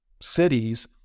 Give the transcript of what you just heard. cities